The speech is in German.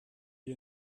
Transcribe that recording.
ihr